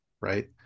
Right